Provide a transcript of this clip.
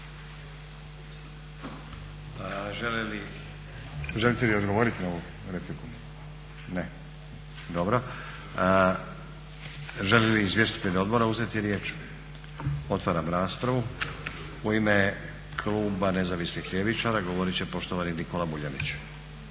Želite li odgovoriti na ovu repliku? Ne. Dobro. Žele li izvjestitelji odbora uzeti riječ? Otvaram raspravu. U ime Kluba nezavisnih ljevičara govorit će poštovani Nikola Vuljanić.